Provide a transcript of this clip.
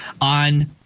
on